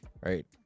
right